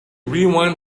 rewind